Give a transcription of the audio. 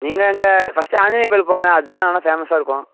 நீங்கள் இங்கே ஃபஸ்ட்டு ஆஞ்சநேயர் கோயிலுக்கு போங்க அதுதான் நல்லா ஃபேமஸாக இருக்கும்